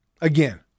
again